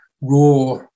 raw